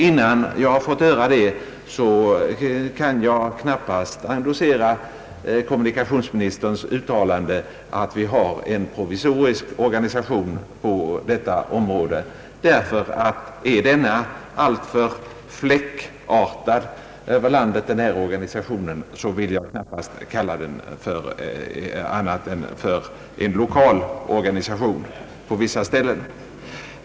Innan jag fått höra det kan jag knappast endossera kommunikationsministerns uttalande att vi har en provisorisk organisation på detta område, ty om denna organisation endast förekommer fläckvis, vill jag knappast kalla den för annat än en lokal organisation på vissa håll.